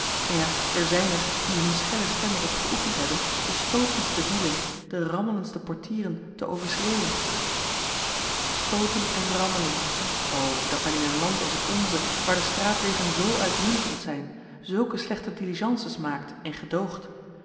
ja er zijn er die hun schelle stem er op geoefend hebben de stootendste wielen de rammelendste portieren te overschreeuwen stooten en rammelen o dat men in een land als het onze waar de straatwegen zoo uitmuntend zijn zulke slechte diligences maakt en gedoogt